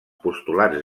postulats